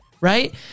Right